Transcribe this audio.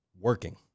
working